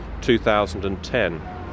2010